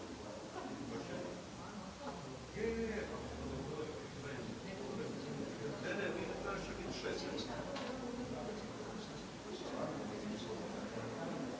Hvala vam.